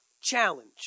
challenge